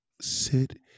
sit